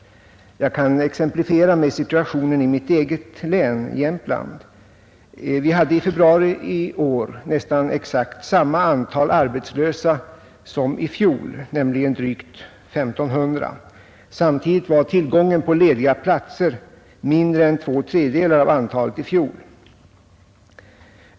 Jag kan exemplifiera med situationen i mitt eget län, Jämtlands län: Vi hade i februari i år nästan exakt samma antal arbetslösa som i fjol, nämligen drygt 1 500. Samtidigt var tillgången på lediga platser mindre än två tredjedelar av antalet i fjol.